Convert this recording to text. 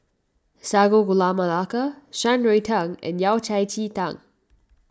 Sago Gula Melaka Shan Rui Tang and Yao Cai Ji Tang